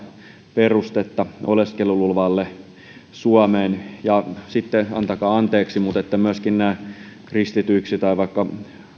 perustetta oleskeluluvalle suomeen ja antakaa anteeksi myöskin näistä kristityiksi tai vaikka